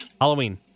Halloween